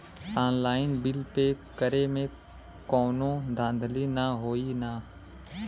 Online bill pay करे में कौनो धांधली ना होई ना?